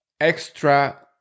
extra